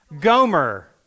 Gomer